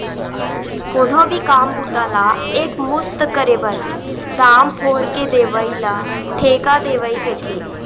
कोनो भी काम बूता ला एक मुस्त करे बर, दाम फोर के देवइ ल ठेका देवई कथें